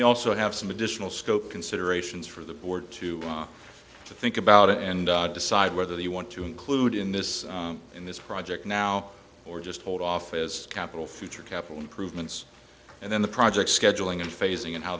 we also have some additional scope considerations for the board to to think about it and decide whether they want to include in this in this project now or just hold off as capital future capital improvements and then the project scheduling and phasing and how